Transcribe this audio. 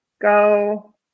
go